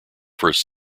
first